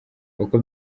uko